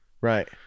right